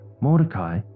Mordecai